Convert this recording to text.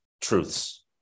truths